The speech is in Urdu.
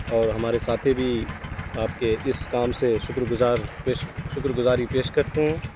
اور ہمارے ساتھی بھی آپ کے اس کام سے شکرگزار پیش شکرگزاری پیش کرتے ہیں